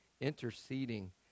interceding